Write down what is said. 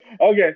okay